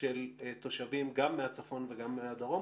של תושבים גם מהצפון וגם מהדרום.